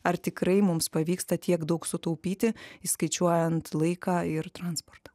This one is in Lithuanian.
ar tikrai mums pavyksta tiek daug sutaupyti įskaičiuojant laiką ir transportą